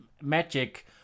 magic